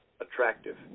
attractive